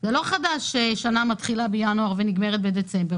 זה לא חדש ששנה מתחילה בינואר ונגמרת בדצמבר.